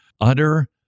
utter